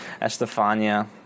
Estefania